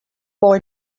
boy